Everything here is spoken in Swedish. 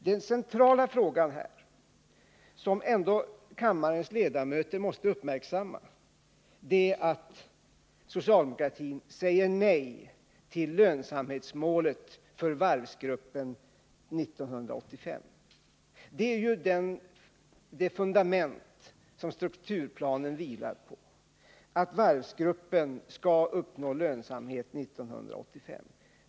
Den centrala frågan här, som kammarens ledamöter måste uppmärksamma, är att socialdemokratin säger nej till lönsamhetsmålet för varvsgruppen 1985. Det fundament som strukturplanen vilar på är ju att varvsgruppen skall uppnå lönsamhet 1985.